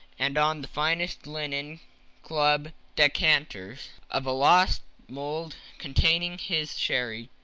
and on the finest linen club decanters, of a lost mould, contained his sherry,